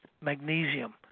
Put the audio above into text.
magnesium